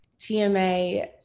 TMA